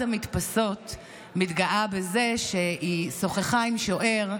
המדפסות מתגאה בזה שהיא שוחחה עם שוער,